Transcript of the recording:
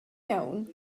iawn